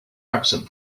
absent